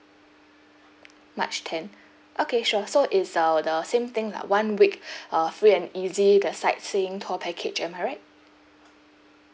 march ten okay sure so it's uh the same thing lah one week uh free and easy the sightseeing tour package am I right